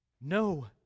No